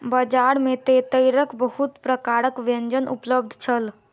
बजार में तेतैरक बहुत प्रकारक व्यंजन उपलब्ध छल